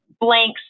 blanks